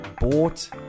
bought